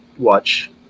watch